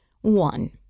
one